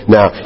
Now